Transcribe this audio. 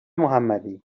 محمدی